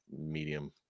medium